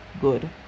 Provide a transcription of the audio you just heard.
good